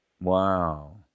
Wow